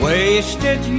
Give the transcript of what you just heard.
Wasted